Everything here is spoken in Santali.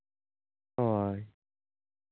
ᱦᱳᱭ